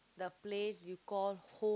the place you call home